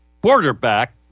quarterback